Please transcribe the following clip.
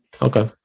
Okay